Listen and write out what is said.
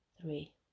three